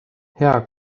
hea